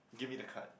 give me the card